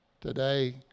Today